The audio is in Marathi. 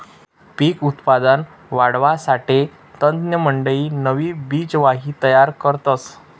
पिक उत्पादन वाढावासाठे तज्ञमंडयी नवी बिजवाई तयार करतस